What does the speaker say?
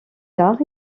tard